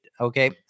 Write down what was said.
Okay